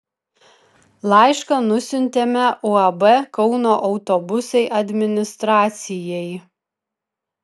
laišką nusiuntėme uab kauno autobusai administracijai